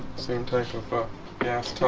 same type of fuck gas